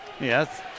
Yes